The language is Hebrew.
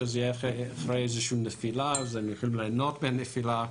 תהיה אחרי נפילה אז הם יכולים ליהנות מהנפילה,